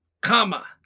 comma